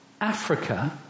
Africa